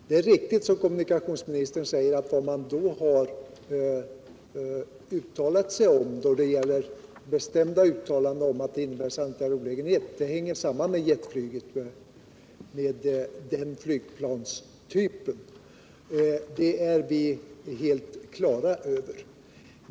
Det är riktigt som kommunikationsministern säger att de bestämda uttalandena om sanitär olägenhet hänger samman med den här flygplanstypen.